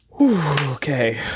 Okay